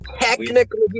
Technically